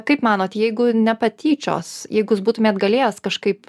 kaip manot jeigu ne patyčios jeigu jūs būtumėt galėjęs kažkaip